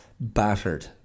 battered